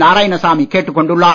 நாராயணசாமி கேட்டுக் கொண்டுள்ளார்